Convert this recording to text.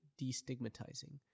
destigmatizing